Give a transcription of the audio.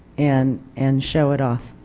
and and show it off.